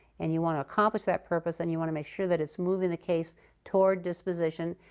and you want to accomplish that purpose, and you want to make sure that it's moving the case toward disposition.